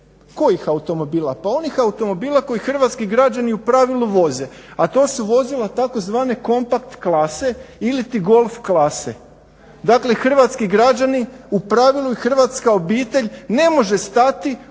kojih automobila, pa onih automobila koje hrvatski građani u pravilu voze, a to su vozila tzv. kompakt klase, iliti golf klase. Dakle hrvatski građani, u pravilu i hrvatska obitelj ne može stati